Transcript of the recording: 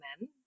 men